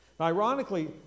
Ironically